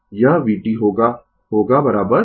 इसलिए t 5 τ से अधिक और बराबर पर यह लगभग 0 हो जाएगा